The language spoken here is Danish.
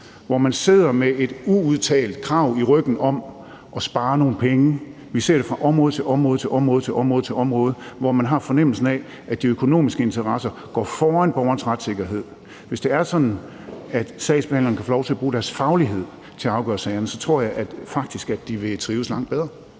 hvor man sidder med et uudtalt krav i ryggen om at spare nogle penge. Vi ser det fra område til område, hvor man har fornemmelsen af, at de økonomiske interesser går foran borgerens retssikkerhed. Hvis det er sådan, at sagsbehandlerne kan få lov til at bruge deres faglighed til at afgøre sagerne, tror jeg faktisk, at de vil trives langt bedre.